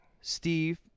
Steve